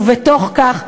ובתוך כך,